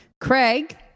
Craig